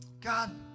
God